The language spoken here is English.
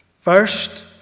First